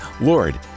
Lord